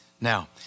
Now